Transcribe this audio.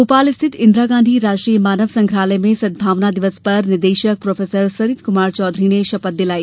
भोपाल स्थित इंदिरा गांधी राष्ट्रीय मानव संग्रहालय में सद्भावना दिवस पर निदेशक प्रोफेसर सरित कुमार चौधरी ने शपथ दिलाई